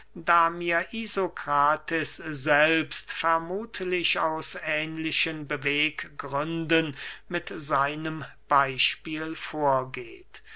da mir isokrates selbst vermuthlich aus ähnlichen beweggründen mit seinem beyspiel vorgeht